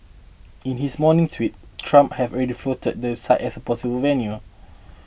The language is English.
in his morning tweet Trump had already floated the site as a possible venue